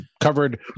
covered